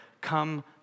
Come